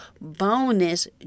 bonus